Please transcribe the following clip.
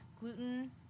gluten